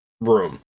room